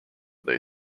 they